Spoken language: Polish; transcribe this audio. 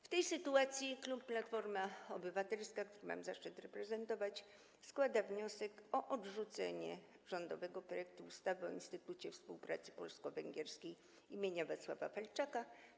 W tej sytuacji klub Platforma Obywatelska - mam zaszczyt go reprezentować - składa wniosek o odrzucenie rządowego projektu ustawy o Instytucie Współpracy Polsko-Węgierskiej im. Wacława Felczaka.